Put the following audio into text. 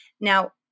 Now